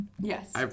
yes